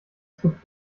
skript